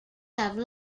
have